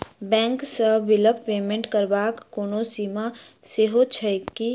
Bank सँ बिलक payment करबाक कोनो सीमा सेहो छैक की?